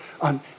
on